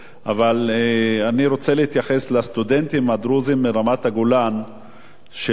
אבל אני רוצה להתייחס לסטודנטים הדרוזים מרמת-הגולן שלומדים